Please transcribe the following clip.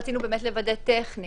רצינו לוודא טכנית,